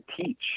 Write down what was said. teach